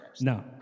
No